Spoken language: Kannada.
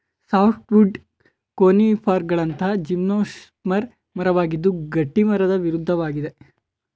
ಸಾಫ್ಟ್ವುಡ್ ಕೋನಿಫರ್ಗಳಂತಹ ಜಿಮ್ನೋಸ್ಪರ್ಮ್ ಮರವಾಗಿದ್ದು ಗಟ್ಟಿಮರದ ವಿರುದ್ಧವಾಗಿದೆ